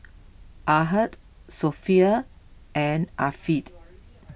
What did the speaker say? Ahad Sofea and Afiq